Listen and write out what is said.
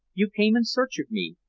you came in search of me,